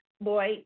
boy